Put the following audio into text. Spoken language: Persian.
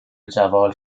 جوال